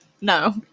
No